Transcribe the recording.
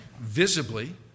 visibly